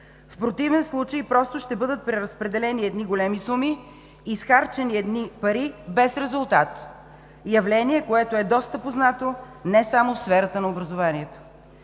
В противен случай просто ще бъдат преразпределени едни големи суми, изхарчени едни пари без резултат – явление, което е доста познато не само в сферата на образованието.